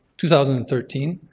two thousand and thirteen.